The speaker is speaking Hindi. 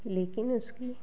लेकिन उसकी